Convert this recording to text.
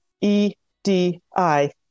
E-D-I